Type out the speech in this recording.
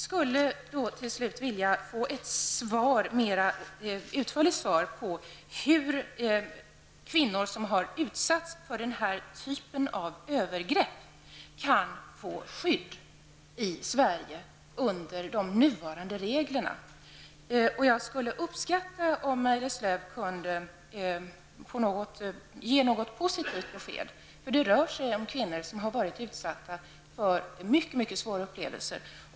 Jag skulle till slut vilja få ett mer utförligt svar på hur kvinnor som har utsatts för den här typen av övergrepp kan få skydd i Sverige medan nuvarande regler gäller. Jag skulle uppskatta om Maj-Lis Lööw kunde ge något positivt besked. Det rör sig nämligen om kvinnor som har varit utsatta för mycket mycket svåra upplevelser.